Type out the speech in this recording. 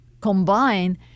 combine